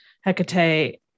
Hecate